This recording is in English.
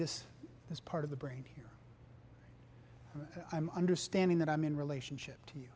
this is part of the brain here i'm understanding that i'm in relationship to